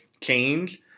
change